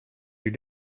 your